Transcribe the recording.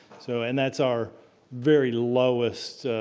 so, and that's our very lowest,